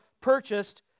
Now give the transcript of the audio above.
purchased